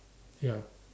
ya